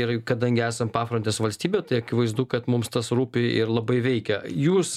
ir kadangi esam pafrontės valstybė tai akivaizdu kad mums tas rūpi ir labai veikia jūs